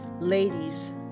Ladies